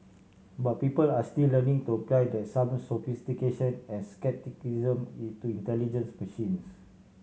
but people are still learning to apply that some sophistication and scepticism is to intelligent machines